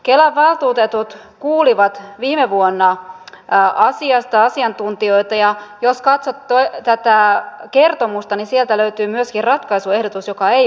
kelan valtuutetut kuulivat viime vuonna asiasta asiantuntijoita ja jos katsotte tätä kertomusta niin sieltä löytyy myöskin ratkaisuehdotus joka ei vaadi rahaa